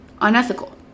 unethical